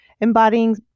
embodying